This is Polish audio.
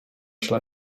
chce